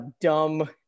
dumb